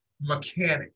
mechanic